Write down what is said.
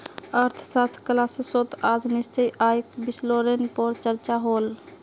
अर्थशाश्त्र क्लास्सोत आज निश्चित आय विस्लेसनेर पोर चर्चा होल